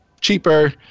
cheaper